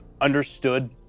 understood